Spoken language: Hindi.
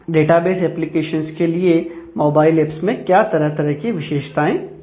डेटाबेस एप्लीकेशंस के लिए मोबाइल ऐप्स में क्या तरह तरह की विशेषताएं हैं